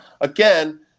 again